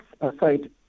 aside